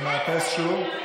אני מאפס שוב.